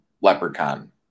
leprechaun